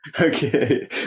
Okay